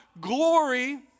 glory